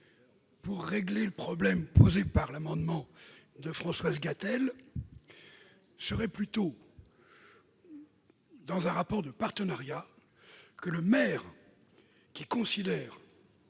pour régler le problème posé par l'amendement de Françoise Gatel, serait plutôt que, dans un rapport de partenariat, le maire estimant